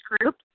group